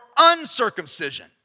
uncircumcision